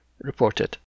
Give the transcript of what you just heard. reported